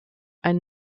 ein